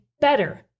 better